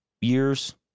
years